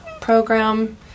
program